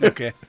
Okay